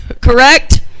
Correct